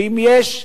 ואם יש,